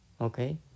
okay